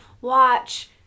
watch